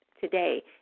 today